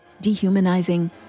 dehumanizing